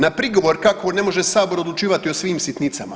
Na prigovor kako ne može Sabor odlučivati o svim sitnicama.